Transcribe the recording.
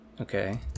Okay